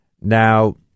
Now